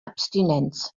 abstinenz